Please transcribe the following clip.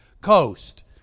coast